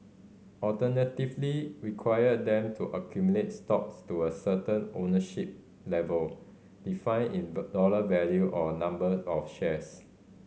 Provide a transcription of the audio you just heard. alternatively require them to accumulate stock to a certain ownership level defined in the dollar value or number of shares